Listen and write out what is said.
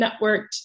networked